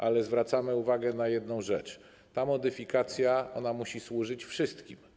Ale zwracamy uwagę na jedną rzecz, że ta modyfikacja musi służyć wszystkim.